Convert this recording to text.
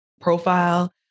profile